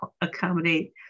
accommodate